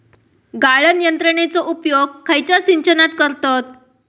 गाळण यंत्रनेचो उपयोग खयच्या सिंचनात करतत?